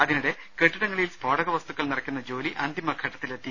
അതിനിടെ കൈട്ടിടങ്ങ ളിൽ സ്ഫോടക വസ്തുക്കൾ നിറയ്ക്കുന്ന ജോലി അന്തിമഘട്ടത്തിലെത്തി